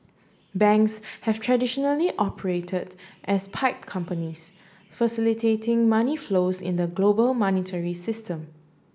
banks have traditionally operated as pipe companies facilitating money flows in the global monetary system